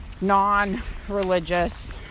non-religious